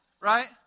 Right